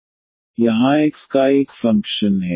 यहाँ x का एक फ़ंक्शन है